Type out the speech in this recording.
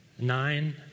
Nine